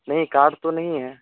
نہیں کارڈ تو نہیں ہے